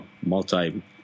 multi